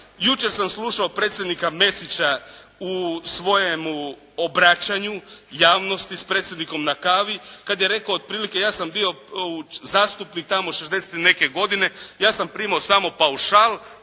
Jučer sam slušao predsjednika Mesića u svojemu obraćanju javnosti "S predsjednikom na kavi", kad je rekao otprilike, ja sam bio zastupnik tamo 1960. i neke godine, ja sam primao samo paušal